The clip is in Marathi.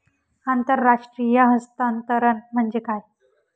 आंतरराष्ट्रीय हस्तांतरण म्हणजे काय?